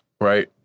right